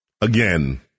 Again